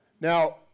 Now